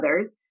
others